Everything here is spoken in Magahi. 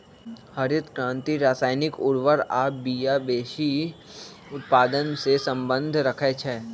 हरित क्रांति रसायनिक उर्वर आ बिया वेशी उत्पादन से सम्बन्ध रखै छै